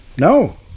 No